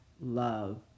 love